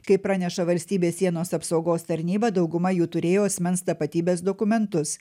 kaip praneša valstybės sienos apsaugos tarnyba dauguma jų turėjo asmens tapatybės dokumentus